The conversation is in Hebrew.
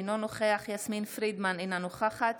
אינו נוכח יסמין פרידמן, אינה נוכחת